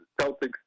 Celtics